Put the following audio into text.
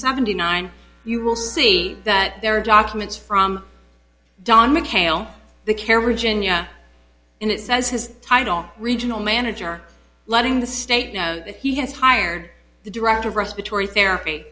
seventy nine you will see that there are documents from don mchale the karajan yeah and it says his title regional manager letting the state know that he has hired the director of respiratory therapy